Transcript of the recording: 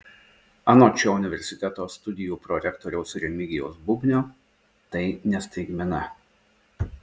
anot šio universiteto studijų prorektoriaus remigijaus bubnio tai ne staigmena